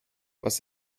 was